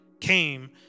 came